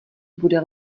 bude